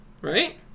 Right